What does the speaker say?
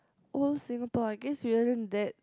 old Singapore I guess we aren't that